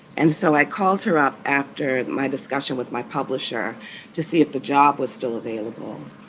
and so i called her up after my discussion with my publisher to see if the job was still available.